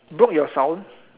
broke your sound